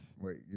wait